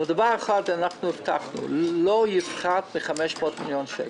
אבל דבר אחד הבטחנו לא יפחת מ-500 מיליון שקל.